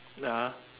(uh huh)